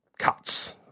Cuts